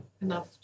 enough